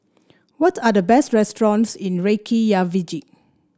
what are the best restaurants in Reykjavik